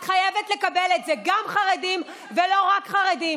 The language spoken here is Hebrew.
את חייבת לקבל את זה, גם חרדים, ולא רק חרדים.